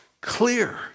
clear